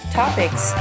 topics